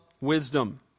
wisdom